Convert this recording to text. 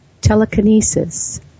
telekinesis